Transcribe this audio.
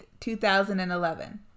2011